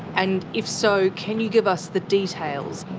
and if so can you give us the details?